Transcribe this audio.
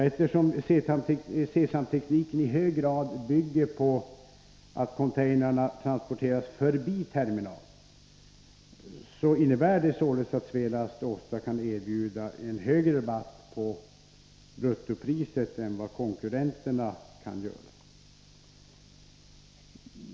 Eftersom C-samtekniken i hög grad bygger på att containrarna transporeras förbi terminal innebär det att Svelast ofta kan erbjuda en högre rabatt på bruttopriset än vad konkurrenterna kan göra.